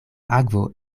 akvo